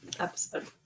Episode